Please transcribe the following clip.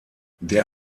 der